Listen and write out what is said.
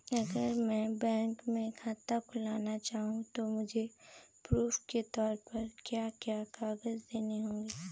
अगर मैं बैंक में खाता खुलाना चाहूं तो मुझे प्रूफ़ के तौर पर क्या क्या कागज़ देने होंगे?